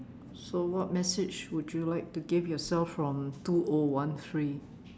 so what message would you like to give yourself from two O one three